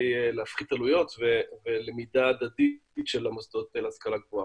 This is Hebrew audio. להפחית עלויות ולמידה הדדית של המוסדות להשכלה גבוהה.